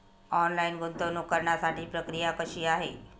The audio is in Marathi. ऑनलाईन गुंतवणूक करण्यासाठी प्रक्रिया कशी आहे?